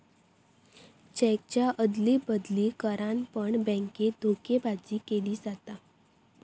चेकच्या अदली बदली करान पण बॅन्केत धोकेबाजी केली जाता